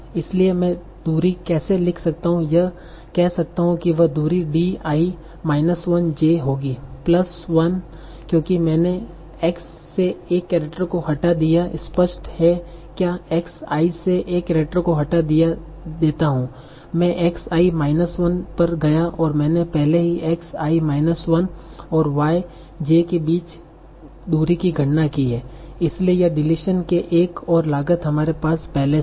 इसलिए मैं दूरी कैसे लिख सकता हूं कह सकता हूं कि वही दूरी D i माइनस 1j होगी प्लस 1 क्योंकि मैंने मेने X से एक केरेक्टर को हटा दिया स्पष्ट है क्या X i से एक केरेक्टर को हटा देता हूं मैं X i माइनस 1 पर गया और मैंने पहले हीX i माइनस 1 और Y j के बीच दूरी की गणना की है इसलिए यह डिलीशन के एक है और लागत हमारे पास पहले से है